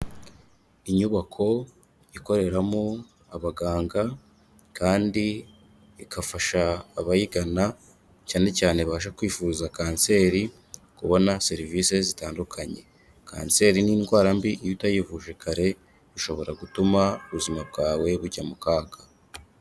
Inyubako ikoreramo abaganga kandi igafasha abayigana cyane cyane baje kwifuzaza kanseri ,kubona serivisi zitandukanye, kanseri ni indwara mbi iyo utayivuje kare bishobora gutuma ubuzima bwawe bujya mu kaga.